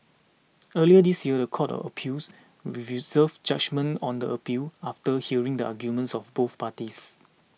earlier this year the court of appeals reserved judgement on the appeal after hearing the arguments of both parties